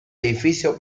edificio